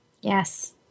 Yes